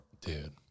dude